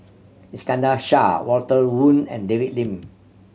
Iskandar Shah Walter Woon and David Lim